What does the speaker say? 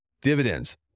dividends